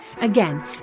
Again